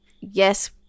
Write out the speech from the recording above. yes